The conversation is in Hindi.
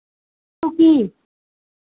कुर्सी